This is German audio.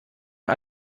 von